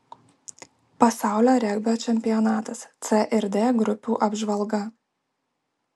pasaulio regbio čempionatas c ir d grupių apžvalga